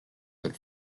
that